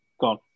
gone